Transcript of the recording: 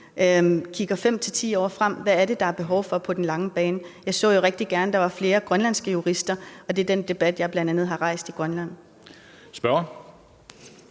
kigger 5-10 år frem: Hvad er det, der er behov for på den lange bane? Jeg så jo rigtig gerne, at der var flere grønlandske jurister, og det er den debat, jeg bl.a. har rejst i Grønland. Kl.